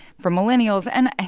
for millennials and,